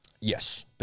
Yes